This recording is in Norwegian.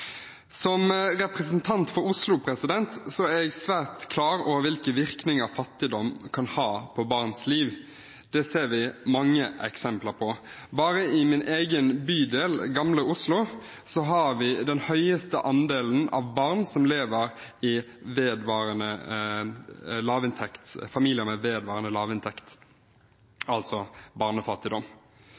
Som representant for Oslo er jeg svært klar over hvilke virkninger fattigdom kan ha på barns liv. Det ser vi mange eksempler på. Bare i min egen bydel, Gamle Oslo, har vi den høyeste andelen av barn som lever i familier med vedvarende lavinntekt, altså i barnefattigdom.